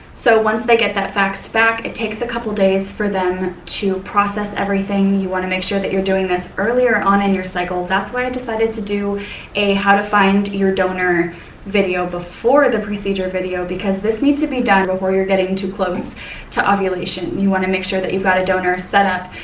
so, once they get that faxed back, it takes a couple days for them to process everything. you want to make sure that you're doing this earlier on in your cycle. that's why i decided to do a how to find your donor video before the procedure video because this needs to be done before you're getting too close to ovulation. you want to make sure that you've got a donor setup,